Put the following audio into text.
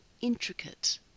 intricate